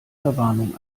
verwarnung